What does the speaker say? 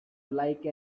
like